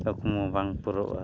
ᱠᱩᱠᱢᱩ ᱵᱟᱝ ᱯᱩᱨᱟᱹᱣᱚᱜᱼᱟ